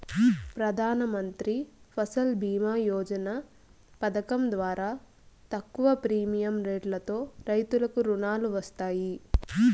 ప్రధానమంత్రి ఫసల్ భీమ యోజన పథకం ద్వారా తక్కువ ప్రీమియం రెట్లతో రైతులకు రుణాలు వస్తాయి